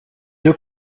deux